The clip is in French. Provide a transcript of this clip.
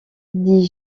dis